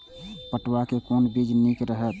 पटुआ के कोन बीज निक रहैत?